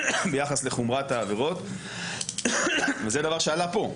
ביחס לחומרת העבירות, וזה דבר שעלה פה.